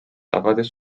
tagades